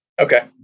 Okay